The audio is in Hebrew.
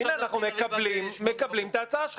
צביקה, אנחנו מקבלים את ההצעה שלך.